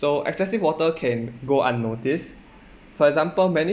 so excessive water can go unnoticed for example many